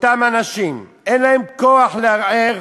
אותם אנשים אין להם כוח לערער